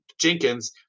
Jenkins